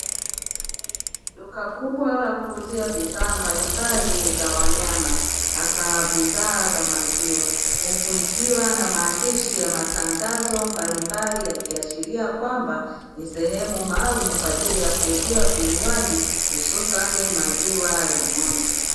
Duka kubwa la kuuzia bidhaa mbalimbali za wanyama hasa bidhaa za maziwa, huku ikiwa na maandishi ya matangazo mbalimbali yakiashiria kwamba ni sehemu kwa ajili ya kuuzia vinywaji hususani maziwa ya ng'ombe.